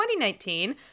2019